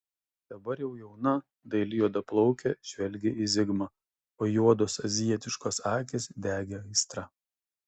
dabar jau jauna daili juodaplaukė žvelgė į zigmą o juodos azijietiškos akys degė aistra